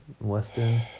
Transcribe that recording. western